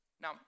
now